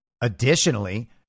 Additionally